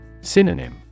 Synonym